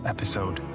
Episode